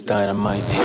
Dynamite